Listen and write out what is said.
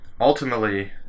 ultimately